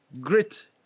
great